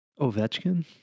Ovechkin